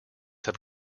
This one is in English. have